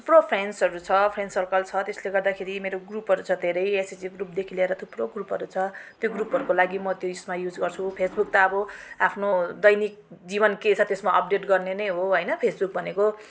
थुप्रो फेन्सहरू छ फेन्स सर्कल छ त्यसले गर्दाखेरि मेरो ग्रुपहरू छ धेरै एसएचजी ग्रुपदेखि लिएर थुप्रो ग्रुपहरू छ त्यो ग्रुपहरूको लागि म त्यो यसमा युज गर्छु फेसबुक त अब आफ्नो दैनिक जीवन के छ त्यसमा अपडेट गर्ने नै हो होइन फेसबुक भनेको